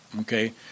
Okay